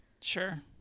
Sure